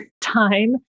time